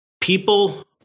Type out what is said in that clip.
People